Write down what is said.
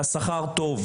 והשכר טוב,